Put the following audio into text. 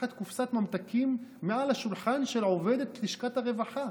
לקחת קופסת ממתקים מעל השולחן של עובדת לשכת הרווחה.